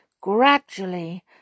Gradually